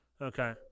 Okay